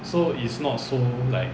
so it's not so like